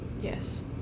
Yes